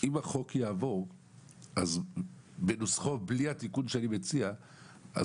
אם החוק יעבור בנוסחו בלי התיקון שאני מציע אז